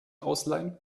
ausleihen